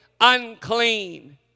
unclean